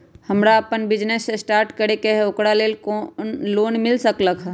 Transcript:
हमरा अपन business start करे के है ओकरा लेल लोन मिल सकलक ह?